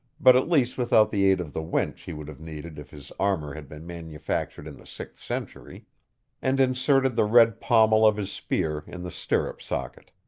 but at least without the aid of the winch he would have needed if his armor had been manufactured in the sixth century and inserted the red pommel of his spear in the stirrup socket.